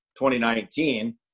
2019